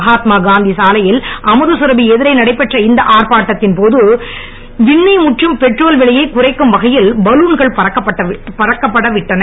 மகாத்மா காந்தி சாலையில் அமுதகரபி எதிரே நடைபெற்ற இந்த ஆர்ப்பாட்டத்தின் போது விண்ணை முட்டும் பெட்ரோல் விலையை குறிக்கும் வகையில் பலூன்களும் பறக்க விடப்பட்டன